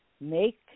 make